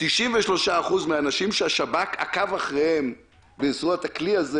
93% מהאנשים שהשב"כ עקב אחריהם בעזרת הכלי הזה,